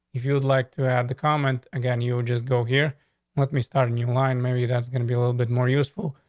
if you would like to have the comment again, you'll just go here with me starting you line, mary, that's gonna be a little bit more useful.